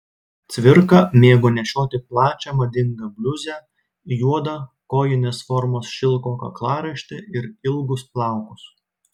cvirka mėgo nešioti plačią madingą bliuzę juodą kojinės formos šilko kaklaraištį ir ilgus plaukus